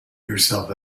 yourself